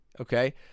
okay